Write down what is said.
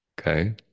Okay